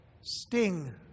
sting